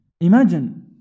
Imagine